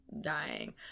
dying